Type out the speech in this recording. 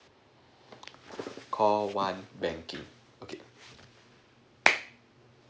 call one banking okay